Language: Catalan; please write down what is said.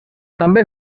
també